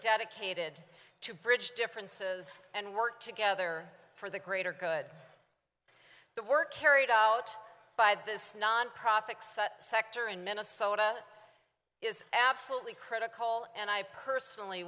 dedicated to bridge differences and work together for the greater good the work carried out by this nonprofit sector in minnesota is absolutely critical and i personally